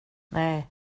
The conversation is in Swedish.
nej